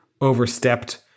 overstepped